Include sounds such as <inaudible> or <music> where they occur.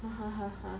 <laughs>